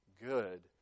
good